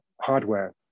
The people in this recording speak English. hardware